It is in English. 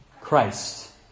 Christ